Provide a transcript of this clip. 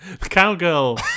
cowgirl